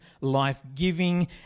life-giving